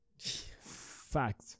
fact